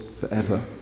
forever